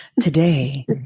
Today